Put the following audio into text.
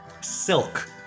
silk